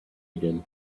again